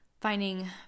finding